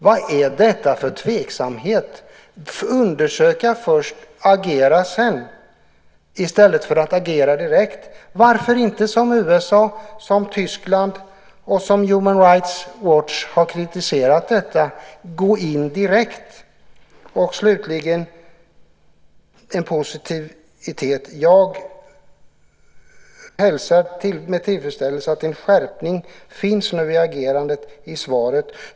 Vad är detta för tveksamhet, att undersöka först och agera sedan i stället för att agera direkt? Varför inte som USA och Tyskland - och i enlighet med vad Human Rights Watch har kritiserat - gå in direkt? Slutligen har jag en positiv sak. Jag hälsar med tillfredsställelse att en skärpning enligt svaret nu finns i agerandet.